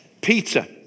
Peter